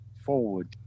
forward